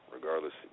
Regardless